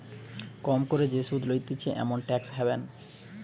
কম করে যে সুধ লইতেছে এমন ট্যাক্স হ্যাভেন